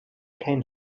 kein